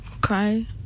cry